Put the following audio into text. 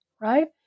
right